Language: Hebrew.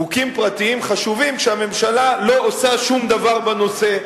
חוקים פרטיים חשובים כשהממשלה לא עושה שום דבר בנושא.